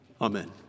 Amen